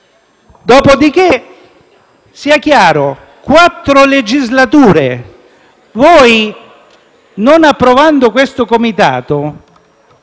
Dopodiché sia chiaro: quattro legislature. Non approvando questo Comitato,